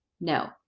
no